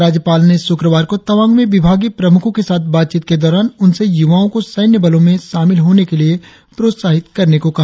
राज्यपाल ने शुक्रवार को तवांग में विभागीय प्रमुखों के साथ बातचीत के दौरान उनसे युवाओं को सैन्य बलों में शामिल होने के लिए प्रोत्साहित करने को कहा